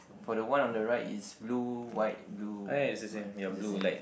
for the one on the right is blue white blue white is the same ah